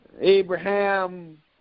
Abraham